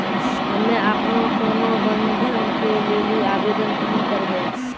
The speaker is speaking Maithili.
हम्मे आपनौ सोना बंधन के लेली आवेदन कहाँ करवै?